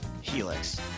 helix